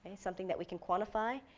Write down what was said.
something that we can quantify,